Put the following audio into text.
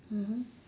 mmhmm